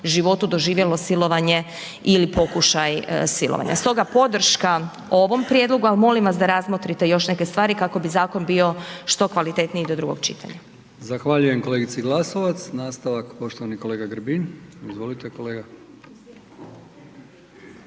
životu doživjelo silovanje ili pokušaj silovanja stoga podrška ovom prijedlogu ali molim vas da razmotrite još neke stvari kako bi zakon bio što kvalitetniji do drugog čitanja. **Brkić, Milijan (HDZ)** Zahvaljujem kolegici Glasovac. Nastavak poštovani kolega Grbin, izvolite kolega.